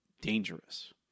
dangerous